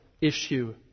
issue